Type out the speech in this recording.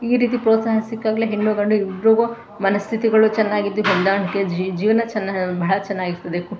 ಈ ರೀತಿ ಪ್ರೋತ್ಸಾಹ ಸಿಕ್ಕಾಗಲೇ ಹೆಣ್ಣು ಗಂಡು ಇಬ್ಬರಿಗೂ ಮನಸ್ಥಿತಿಗಳು ಚೆನ್ನಾಗಿದ್ದು ಹೊಂದಾಣಿಕೆ ಜೀವನ ಚೆನ್ನ ಬಹಳಾ ಚೆನ್ನಾಗಿರ್ತದೆ